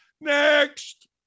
Next